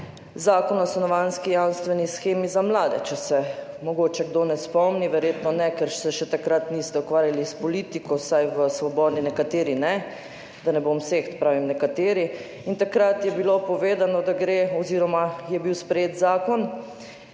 Zakon o stanovanjski jamstveni shemi za mlade, če se mogoče kdo ne spomni, verjetno ne, ker se še takrat niste ukvarjali s politiko, vsaj v Svobodi nekateri ne, da ne bom vseh, saj pravim, nekateri, in takrat je bilo povedano oziroma je bil sprejet zakon,